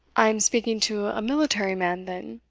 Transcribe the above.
i am speaking to a military man, then?